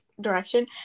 direction